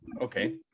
Okay